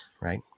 right